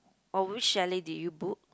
oh which chalet did you book